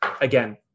again